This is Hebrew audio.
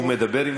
הוא מדבר עם